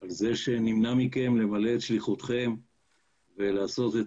על כך שנמנע מכם למלא את שליחותכם ולעשות את